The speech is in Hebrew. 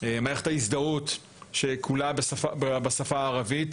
מערכת ההזדהות שכולה בשפה הערבית.